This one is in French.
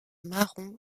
marron